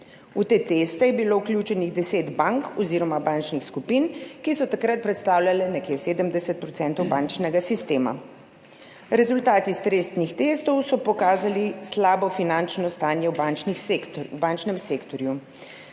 V te teste je bilo vključenih deset bank oziroma bančnih skupin, ki so takrat predstavljale nekje 70 % bančnega sistema. Rezultati stresnih testov so pokazali slabo finančno stanje v bančnem sektorju,